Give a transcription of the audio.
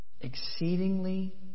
Exceedingly